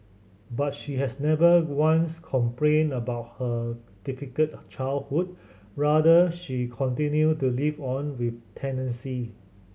but she has never once complained about her difficult childhood rather she continued to live on with tenacity